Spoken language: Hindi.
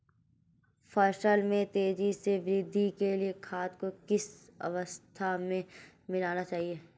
फसल में तेज़ी से वृद्धि के लिए खाद को किस अवस्था में मिलाना चाहिए?